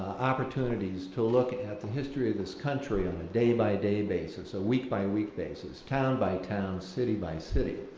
opportunities to look at the history of this country on a day-by-day basis, a week-by-week basis, town-by-town, city-by-city.